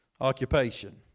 Occupation